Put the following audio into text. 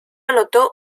anotó